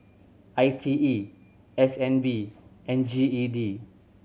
I T E S N B and G E D